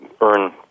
earn